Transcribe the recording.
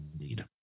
indeed